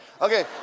Okay